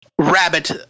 rabbit